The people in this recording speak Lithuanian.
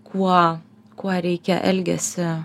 kuo kuo reikia elgesį